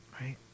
Right